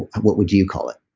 what would you call it?